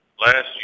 last